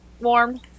Warm